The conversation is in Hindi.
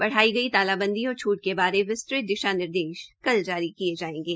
बढ़ाई गई तालाबंदी और छूट के बारे विस्तृत दिशा निर्देश कल जारी किये जायेंगे